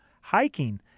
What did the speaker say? hiking